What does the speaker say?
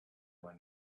were